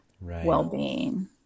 well-being